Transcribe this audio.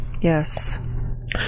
Yes